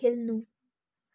खेल्नु